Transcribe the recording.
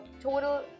total